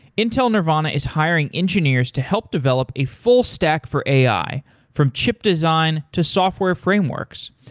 intel nervana is hiring engineers to help develop a full stack for ai from chip design to software frameworks.